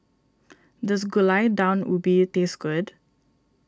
does Gulai Daun Ubi taste good